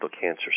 cancer